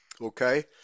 Okay